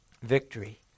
victory